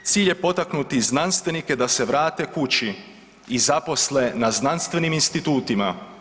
Cilj je potaknuti znanstvenike da se vrate kući i zaposle na znanstvenim institutima.